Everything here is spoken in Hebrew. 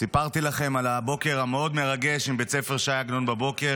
סיפרתי לכם על הבוקר המאוד-מרגש עם בית הספר שי עגנון בבוקר,